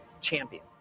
champion